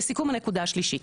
לא קיבלנו מעט,